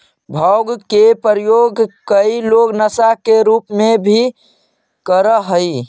भाँग के प्रयोग कई लोग नशा के रूप में भी करऽ हई